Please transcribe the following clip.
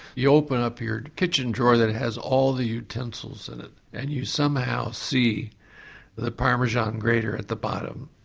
you open up your kitchen drawer that has all the utensils in it and you somehow see the parmesan grater at the bottom,